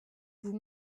vous